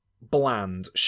bland